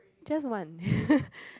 just one